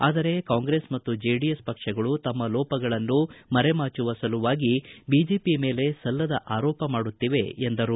ಆದರೆ ಕಾಂಗ್ರೆಸ್ ಮತ್ತು ಜೆಡಿಎಸ್ ಪಕ್ಷಗಳು ತಮ್ಮ ಲೋಪಗಳನ್ನು ಮರೆಮಾಚುವ ಸಲುವಾಗಿ ಬಿಜೆಪಿ ಮೇಲೆ ಸಲ್ಲದ ಆರೋಪ ಮಾಡುತ್ತಿವೆ ಎಂದರು